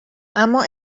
اما